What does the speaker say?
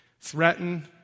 threaten